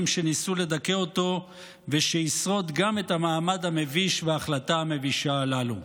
שניסו לדכא אותו ושישרוד גם את המעמד המביש וההחלטה המבישה הזו.